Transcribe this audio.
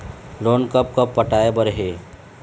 Loan कब कब पटाए बर हे?